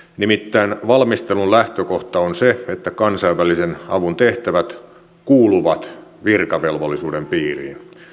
nimittäin valmistelun lähtökohta on se että kansainvälisen avun tehtävät kuuluvat virkavelvollisuuden piiriin